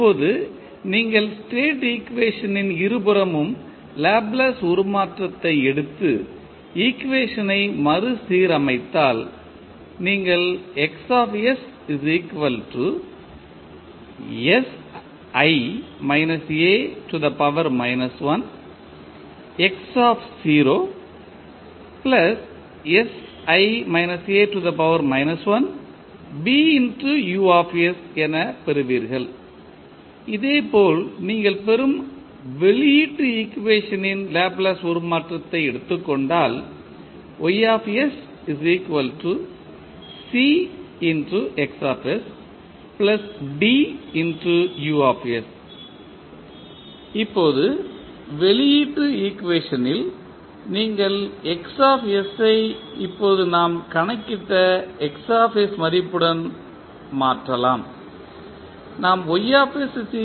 இப்போது நீங்கள் ஸ்டேட் ஈக்குவேஷனின் இருபுறமும் லாப்லேஸ் உருமாற்றத்தை எடுத்து ஈக்குவேஷனை மறுசீரமைத்தால் நீங்கள் என பெறுவீர்கள் இதேபோல் நீங்கள் பெறும் வெளியீட்டு ஈக்குவேஷனின் லாப்லேஸ் உருமாற்றத்தை எடுத்துக் கொண்டால் இப்போது வெளியீட்டு ஈக்குவேஷனில் நீங்கள் X ஐ இப்போது நாம் கணக்கிட்ட X மதிப்புடன் மாற்றலாம்